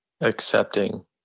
accepting